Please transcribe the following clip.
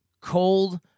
cold